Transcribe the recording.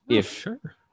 sure